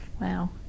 Wow